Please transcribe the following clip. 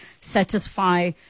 satisfy